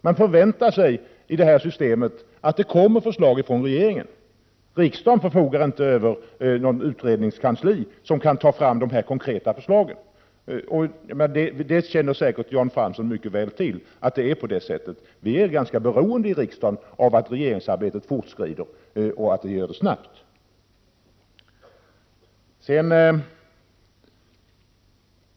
Man förväntar i det systemet att det kommer förslag från regeringen. Riksdagen förfogar inte över något utredningskansli som kan ta fram de konkreta förslagen. Jan Fransson känner säkert mycket väl till att det är på det sättet. Vi är ganska beroende i riksdagen av att regeringsarbetet fortskrider snabbt.